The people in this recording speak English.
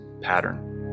pattern